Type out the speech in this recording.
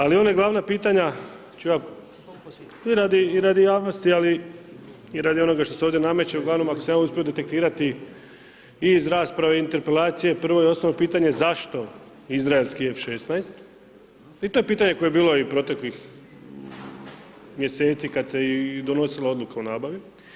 Ali ona glavna pitanja ću ja i radi javnosti, ali i radi onoga što se ovdje nameće, uglavnom ako sam ja uspio detektirati i iz rasprave interpelacije prvo i osnovno pitanje zašto izraelski F16 i to je pitanje koje je bilo i proteklih mjeseci kada se donosila odluka o nabavi.